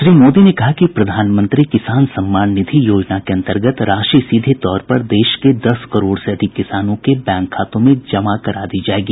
श्री मोदी ने कहा कि प्रधानमंत्री किसान सम्मान निधि योजना के अंतर्गत राशि सीधे तौर पर देश के दस करोड़ से अधिक किसानों के बैंक खाता में जमा करा दी जाएगी